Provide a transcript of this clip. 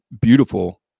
beautiful